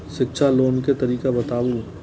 शिक्षा लोन के तरीका बताबू?